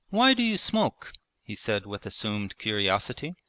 why do you smoke he said with assumed curiosity.